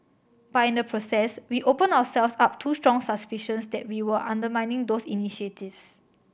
but in the process we opened ourselves up to strong suspicions that we were undermining those initiatives